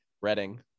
Reading